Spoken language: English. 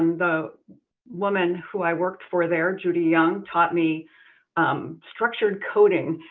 um the woman who i worked for there, judy young, taught me um structured coding.